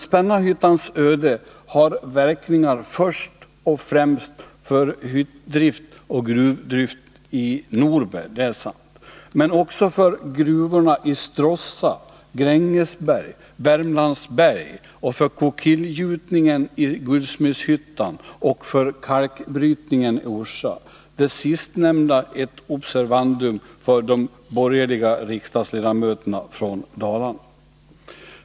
Spännarhyttans öde har verkningar först och främst för hyttdrift och gruvbrytning i Norberg, men också för gruvorna i Stråssa, Grängesberg, Värmlandsberg samt för kokillgjutningen i Guldsmedshyttan och för kalkbrytningen i Orsa — det sistnämnda ett observandum för de borgerliga riksdagsledamöterna från Dalarna.